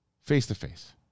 face-to-face